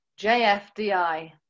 JFDI